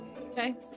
Okay